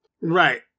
Right